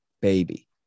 baby